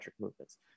movements